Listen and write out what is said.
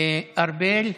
ארבל,